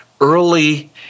early